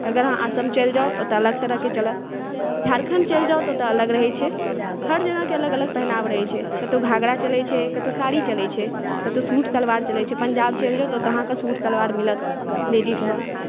अगर अहाँ असम चलि जाउ तऽ ओतय अलग तरहके चलत झारखण्ड चलि जाउ तऽ ओतऽ अलग रहै छै हर जगहके अलग अलग पहिनाव रहै छै कतौ घघड़ा चलै छै कतौ साड़ी चलै छै कतौ सूट सलवार चलै छै पञ्जाब चलि जाउ तऽ ओतय अहाँके सूट सलवार मिलत लेडिजेमे